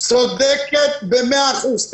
צודקת במאה אחוז.